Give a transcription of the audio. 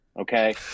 okay